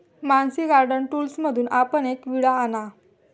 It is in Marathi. मानसी गार्डन टूल्समधून आपण एक विळा आणा